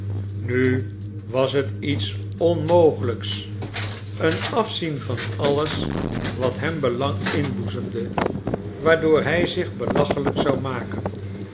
nu was het iets onmogelijks een afzien van alles wat hem belang inboezemde waardoor hij zich belachelijk zou maken